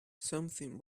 something